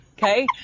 Okay